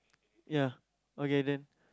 ya okay then